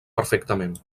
perfectament